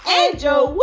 angel